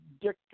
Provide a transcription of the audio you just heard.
Dick